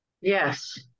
Yes